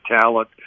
talent